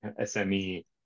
SME